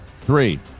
three